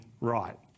right